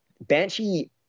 Banshee